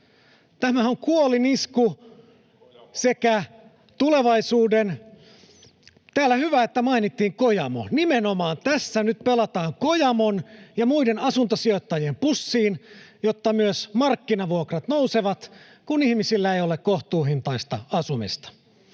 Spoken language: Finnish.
Kojamolle!] sekä tulevaisuuden... — Hyvä, että täällä mainittiin Kojamo. Tässä nyt pelataan nimenomaan Kojamon ja muiden asuntosijoittajien pussiin, jotta myös markkinavuokrat nousevat, kun ihmisillä ei ole kohtuuhintaista asumista.